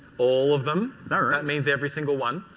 all of them. that means every single one.